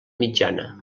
mitjana